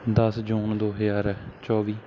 ਦਸ ਜੂਨ ਦੋ ਹਜ਼ਾਰ ਚੌਵੀ